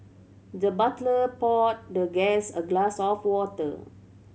the butler poured the guest a glass of water